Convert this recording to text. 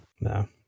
no